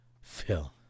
Phil